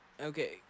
Okay